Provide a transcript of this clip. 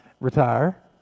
retire